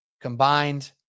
Combined